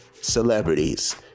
celebrities